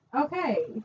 okay